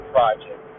Project